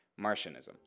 Martianism